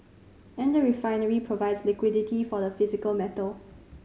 and a refinery provides liquidity for the physical metal